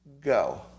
Go